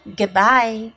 goodbye